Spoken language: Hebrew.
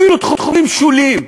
אפילו תחומים שוליים,